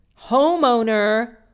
homeowner